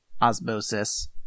osmosis